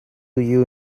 you